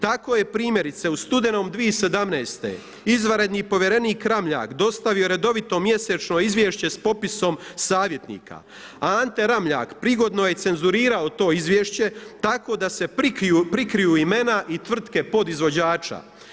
Tako je primjerice u studenom 2017. izvanredni povjerenik Ramljak dostavio redovito mjesečno izvješće s popisom savjetnika, a Ante Ramljak prigodno je cenzurirao to izvješće tako da se prikriju imena i tvrtke podizvođača.